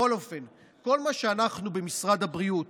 בכל אופן, כל מה שאנחנו, במשרד הבריאות,